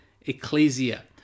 Ecclesia